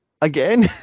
again